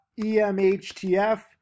EMHTF